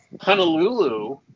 Honolulu